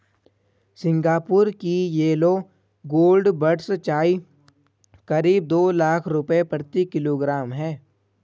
Singapore की yellow gold buds चाय करीब दो लाख रुपए प्रति किलोग्राम है